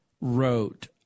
wrote